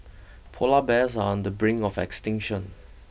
polar bears are on the brink of extinction